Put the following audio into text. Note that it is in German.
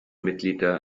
mitglieder